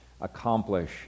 accomplish